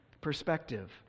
perspective